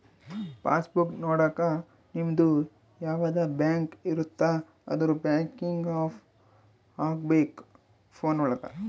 pass book ನೊಡಕ ನಿಮ್ಡು ಯಾವದ ಬ್ಯಾಂಕ್ ಇರುತ್ತ ಅದುರ್ ಬ್ಯಾಂಕಿಂಗ್ ಆಪ್ ಹಕೋಬೇಕ್ ಫೋನ್ ಒಳಗ